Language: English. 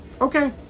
Okay